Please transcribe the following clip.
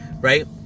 right